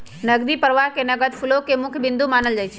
नकदी प्रवाह के नगद फ्लो के मुख्य बिन्दु मानल जाहई